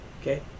Okay